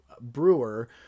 brewer